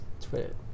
Twitter